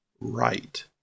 right